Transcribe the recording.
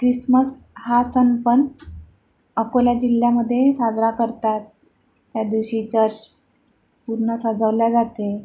Christmas हा सणपण अकोल्या जिल्ह्यामध्ये साजरा करतात त्या दिवशी चर्च पूर्ण सजवल्या जाते